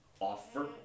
offer